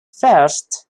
first